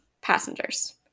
passengers